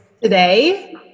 Today